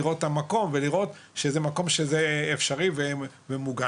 לראות את המקום ולראות שזה מקום שהוא אפשרי וממוגן.